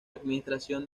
administración